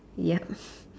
yup